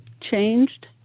changed